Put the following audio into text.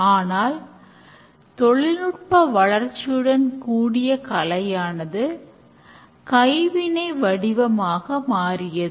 ஆனால் தொழில்நுட்ப வளர்ச்சியுடன் கூடிய கலையானது கைவினை வடிவமாக மாறியது